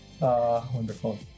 wonderful